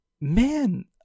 man